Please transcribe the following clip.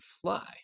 fly